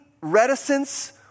reticence